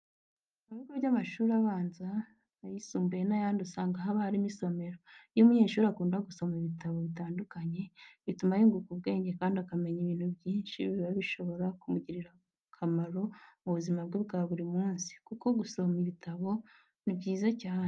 Mu bigo by'amashuri abanza, ayisumbuye n'ayandi usanga haba harimo isomero. Iyo umunyeshuri akunda gusoma ibitabo bitandukanye bituma yunguka ubwenge kandi akamenya ibintu byinshi biba bishobora kumugirira akamaro mu buzima bwe bwa buri munsi kuko gusoma ibitabo ni byiza cyane.